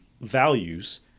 values